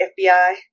FBI